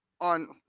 On